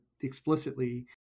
explicitly